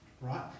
right